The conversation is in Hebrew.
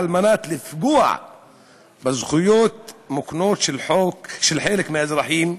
כדי לפגוע בזכויות מוקנות של חלק מהאזרחים,